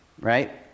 right